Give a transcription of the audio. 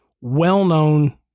well-known